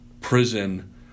prison